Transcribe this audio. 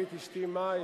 מירי, תשתי מים.